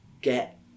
get